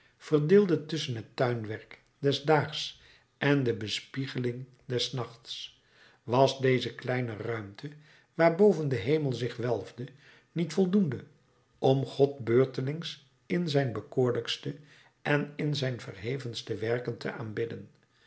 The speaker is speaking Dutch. verdeelde tusschen het tuinwerk des daags en de bespiegeling des nachts was deze kleine ruimte waarboven de hemel zich welfde niet voldoende om god beurtelings in zijn bekoorlijkste en in zijn verhevenste werken te aanbidden